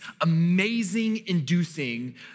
amazing-inducing